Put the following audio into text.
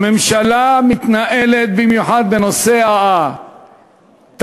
הממשלה מתנהלת, במיוחד בנושא התקציב,